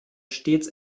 stets